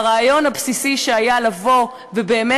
והרעיון הבסיסי שהיה באמת,